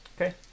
Okay